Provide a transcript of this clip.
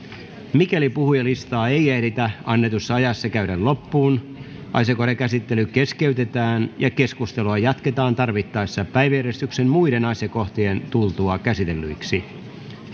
mikäli puhujalistaa ei ehditä annetussa ajassa käydä loppuun asiakohdan käsittely keskeytetään ja keskustelua jatketaan tarvittaessa päiväjärjestyksen muiden asiakohtien tultua käsitellyiksi